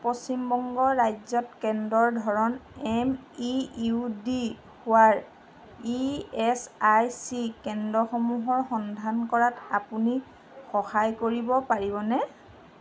পশ্চিমবংগ ৰাজ্যত কেন্দ্ৰৰ ধৰণ এম ই ইউ ডি হোৱাৰ ই এছ আই চি কেন্দ্ৰসমূহৰ সন্ধান কৰাত আপুনি সহায় কৰিব পাৰিবনে